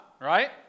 right